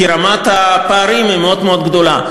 כי רמת הפערים היא מאוד מאוד גדולה.